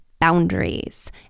boundaries